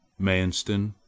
Manston